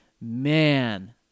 Man